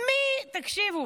תקשיבו,